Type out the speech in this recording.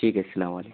ٹھیک ہے السلام علیکم